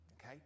okay